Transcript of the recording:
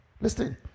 Listen